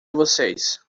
vocês